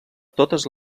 totes